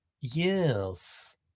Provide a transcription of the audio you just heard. Yes